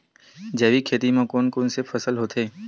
जैविक खेती म कोन कोन से फसल होथे?